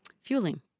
fueling